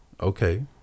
Okay